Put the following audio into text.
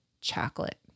chocolate